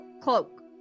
cloak